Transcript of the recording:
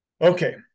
okay